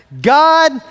God